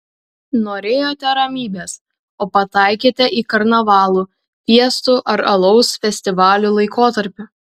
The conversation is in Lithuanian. norėjote ramybės o pataikėte į karnavalų fiestų ar alaus festivalių laikotarpį